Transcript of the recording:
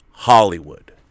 Hollywood